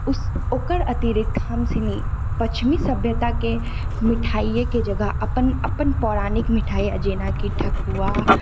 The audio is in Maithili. उस ओकर अतिरिक्त हमसिनी पश्चिमी सभ्यताके मिठाइएके जगह अपन अपन पौराणिक मिठाइ जेनाकि ठकुआ